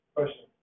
Question